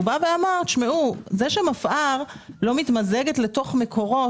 הוא אמר שזה שמפא"ר לא מתמזגת לתוך מקורות